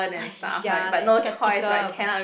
!aiya! like a skeptical about it